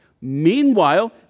Meanwhile